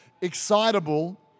excitable